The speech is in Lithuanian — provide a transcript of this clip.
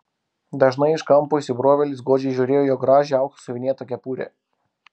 dažnai iš kampo įsibrovėlis godžiai žiūrėjo į jo gražią auksu siuvinėtą kepurę